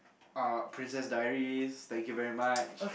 uh Princess-Diaries thank you very much